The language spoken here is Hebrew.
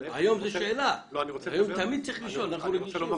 היום תמיד צריך לשאול, אנחנו רגישים.